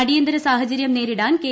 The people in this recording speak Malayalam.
അടിയന്തര സാഹചര്യം നേരിടാൻ കെ